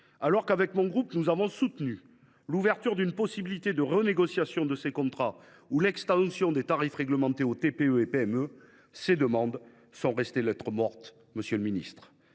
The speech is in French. Alors que le groupe CRCE K a soutenu l’ouverture d’une possible renégociation de ces contrats ou l’extension des tarifs réglementés aux TPE et PME, cette demande est restée lettre morte, monsieur le ministre.